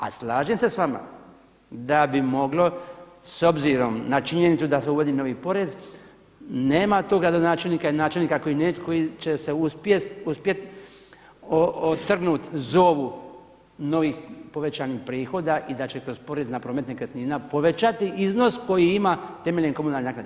A slažem se s vama da bi moglo s obzirom na činjenicu da se uvodi novi porez, nema toga donačelnika i načelnika koji netko će se uspjeti otrgnuti zovu novih povećanih prihoda i da će kroz porez na promet nekretnina povećati iznos koji ima temeljem komunalne naknade.